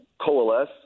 coalesce